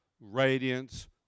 radiance